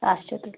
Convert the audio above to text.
اچھا تُل